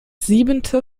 siebente